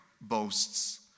boasts